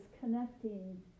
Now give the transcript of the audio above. connecting